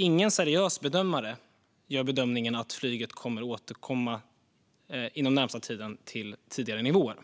Ingen seriös bedömare menar att flyget inom den närmaste tiden kommer att återkomma till tidigare nivåer.